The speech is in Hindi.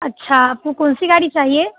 अच्छा आपको कौन सी गाड़ी चाहिए